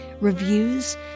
reviews